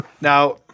Now